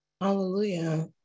Hallelujah